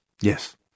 Yes